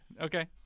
Okay